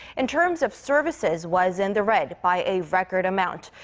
in terms of services. was in the red. by a record amount.